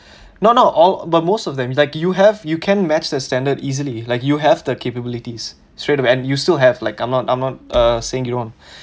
no not all but most of them like you have you can match their standard easily like you have the capabilities straight away you still have like I'm not I'm not uh saying you don't